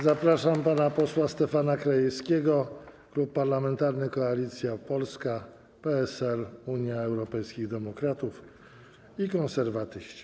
Zapraszam pana posła Stefana Krajewskiego, Klub Parlamentarny Koalicja Polska - PSL, Unia Europejskich Demokratów, Konserwatyści.